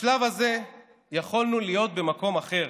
בשלב הזה יכולנו להיות במקום אחר.